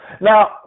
Now